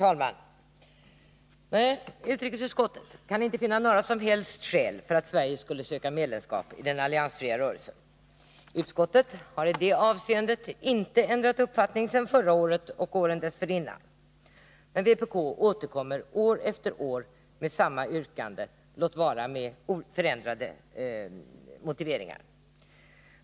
Herr talman! Utrikesutskottet kan inte finna några som helst skäl för att Sverige skulle söka medlemskap i den alliansfria rörelsen. Utskottet har i det avseendet inte ändrat uppfattning sedan förra året och åren dessförinnan. Men vpk återkommer år efter år med samma yrkande, låt vara med förändrade motiveringar.